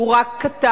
הוא רק קטן,